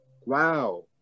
wow